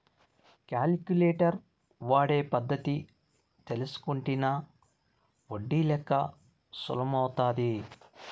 calculator వాడే పద్ధతి తెల్సుకుంటినా ఒడ్డి లెక్క సులుమైతాది